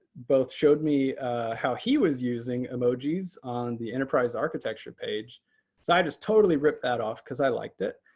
both showed me how he was using emojis on the enterprise architecture page, so i just totally ripped that off because i liked it.